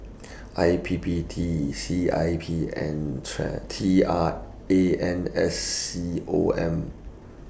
I P P T C I P and Try T R A N S C O M